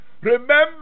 Remember